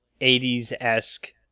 80s-esque